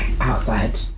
outside